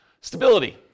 Stability